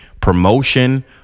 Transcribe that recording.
promotion